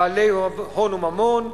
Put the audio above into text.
בעלי הון וממון,